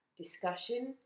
discussion